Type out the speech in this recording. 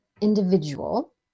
individual